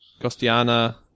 Gostiana